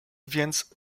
więc